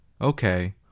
Okay